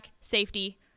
safety